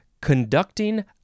conducting